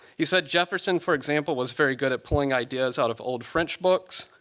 he said, jefferson, for example, was very good at pulling ideas out of old french books.